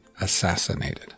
assassinated